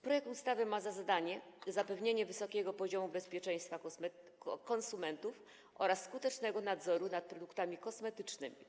Projekt ustawy ma za zadanie zapewnienie wysokiego poziomu bezpieczeństwa konsumentów oraz skutecznego nadzoru nad produktami kosmetycznymi.